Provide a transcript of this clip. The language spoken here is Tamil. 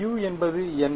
u என்பது என்ன